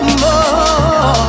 more